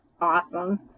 awesome